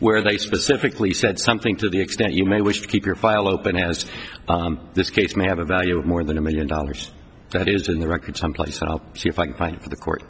where they specifically said something to the extent you may wish to keep your file open as this case may have a value of more than a million dollars that is in the record someplace and i'll see if i can find the court